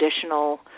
additional